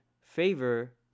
favor